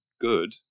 good